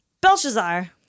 Belshazzar